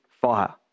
fire